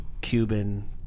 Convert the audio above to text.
Cuban